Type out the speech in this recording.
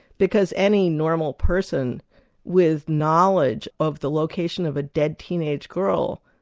because any normal person with knowledge of the location of a dead teenage girl,